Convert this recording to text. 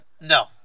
no